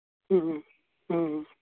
ᱦᱮᱸ ᱦᱮᱸ ᱦᱮᱸ ᱦᱮᱸ